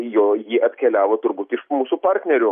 jo ji atkeliavo turbūt iš mūsų partnerių